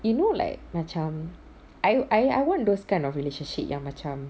you know like macam I I want those kind of relationship yang macam